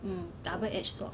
mm double edged sword